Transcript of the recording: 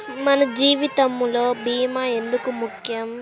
మన జీవితములో భీమా ఎందుకు ముఖ్యం?